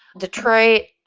detroit.